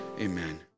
amen